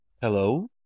Hello